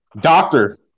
Doctor